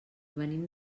venim